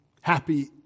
Happy